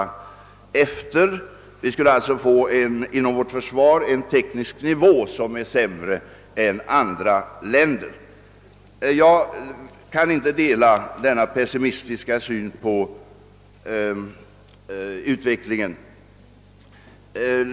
Den tekniska nivån inom vårt försvar skulle alltså bli lägre än andra länders. Jag kan inte dela denna pessimistiska syn på förhållandena.